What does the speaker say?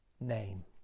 name